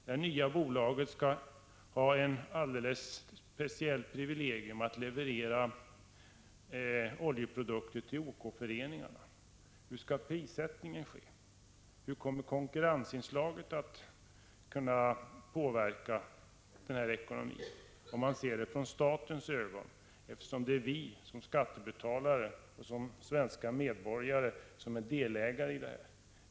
Det nya bolaget skall ha ett alldeles speciellt privilegium, nämligen att leverera oljeprodukter till OK-föreningar. Hur skall prissättningen ske? Hur kommer konkurrensinslaget ur statens synvinkel sett att kunna påverka ekonomin? Det är ju vi svenska medborgare, vi skattebetalare, som är delägare i detta bolag.